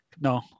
no